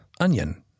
onion